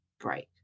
break